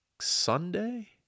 Sunday